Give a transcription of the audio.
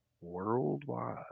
worldwide